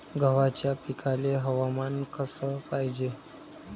गव्हाच्या पिकाले हवामान कस पायजे?